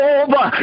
over